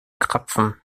krapfen